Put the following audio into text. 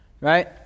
right